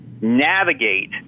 navigate